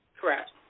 Correct